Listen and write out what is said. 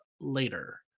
later